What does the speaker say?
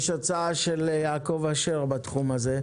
יש הצעה של יעקב אשר בתחום הזה,